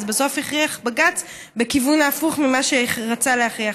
אז בסוף הכריח בג"ץ בכיוון ההפוך ממה שהשר רצה להכריח.